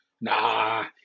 Nah